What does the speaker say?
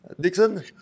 dixon